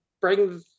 bring